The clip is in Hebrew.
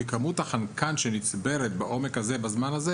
כי כמות החנקן שנצברת בעומק הזה ובזמן הזה